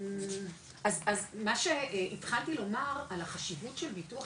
אז מה שהתחלתי לומר על החשיבות של ביטוח